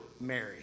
Mary